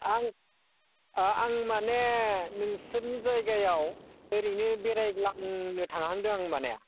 आं आं माने नोंसोरनि जायगायाव ओरैनो बेरायग्लांनो थांहांदों आं माने